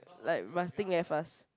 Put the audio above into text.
like must think very fast